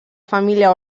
família